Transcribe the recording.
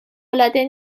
العاده